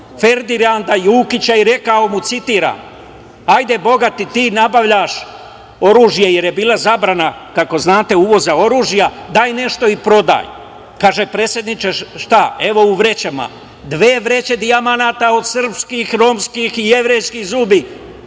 Ferdinanda Jukića i rekao mu, citiram - Ajde, bogati, ti nabavljaš oružje, jer je bila zabrana uvoza oružja, daj nešto i prodaj. Kaže - predsedniče šta? Evo u vrećama. Dve vreće dijamanata od srpskih, romskih i jevrejski zuba,